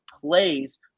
plays